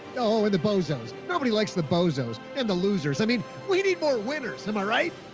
oh, and the bozos. nobody likes the bozos and the losers. i mean, we need more winners. am i right?